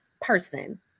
person